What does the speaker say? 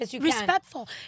respectful